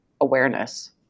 awareness